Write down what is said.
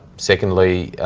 secondly,